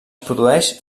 produeix